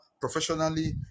professionally